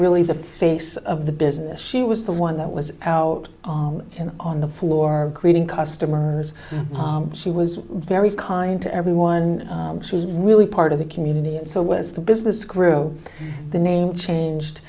really the face of the business she was the one that was out and on the floor creating customers she was very kind to everyone she was really part of the community and so was the business grow the name changed